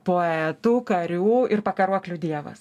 poetų karių ir pakaruoklių dievas